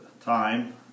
time